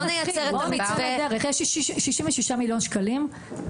יש כ-36 מיליון שקלים,